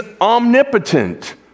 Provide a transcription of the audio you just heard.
omnipotent